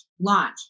launch